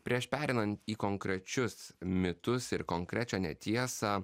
prieš pereinant į konkrečius mitus ir konkrečią netiesą